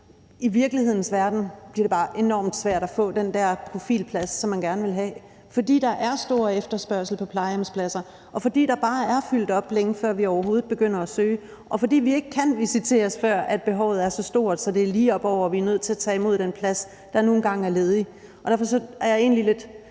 virkelighedens verden bliver det bare enormt svært at få den der profilplads, som man gerne vil have, fordi der er stor efterspørgsel på plejehjemspladser, fordi der bare er fyldt op, længe før vi overhovedet begynder at søge, og fordi vi ikke kan visiteres, før behovet er så stort, at det er lige op over, og vi er nødt til at tage imod den plads, der nu engang er ledig. Vi skal i videst muligt